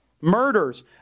murders